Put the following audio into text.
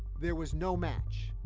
there was no match.